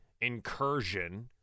incursion